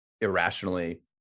irrationally